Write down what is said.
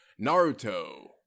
Naruto